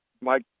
Mike